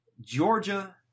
Georgia